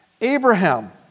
Abraham